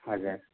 हजुर